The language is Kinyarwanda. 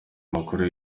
makuru